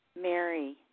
Mary